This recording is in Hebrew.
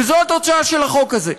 וזו התוצאה של החוק הזה.